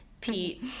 pete